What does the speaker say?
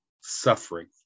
suffering